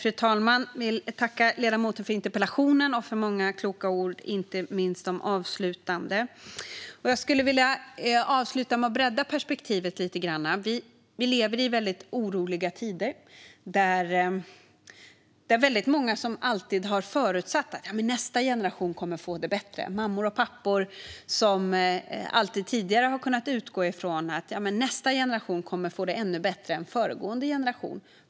Fru talman! Jag vill tacka ledamoten för interpellationen och för många kloka ord, inte minst de avslutande. Jag skulle vilja avsluta med att bredda perspektivet lite grann. Vi lever i väldigt oroliga tider. Väldigt många har förutsatt att nästa generation kommer att få det bättre. Mammor och pappor har tidigare alltid kunnat utgå från att nästa generation kommer att få det ännu bättre än föregående generation.